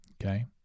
okay